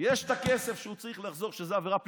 יש את הכסף שהוא צריך להחזיר, שזו עבירה פלילית,